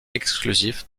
exclusif